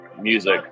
music